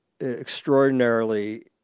extraordinarily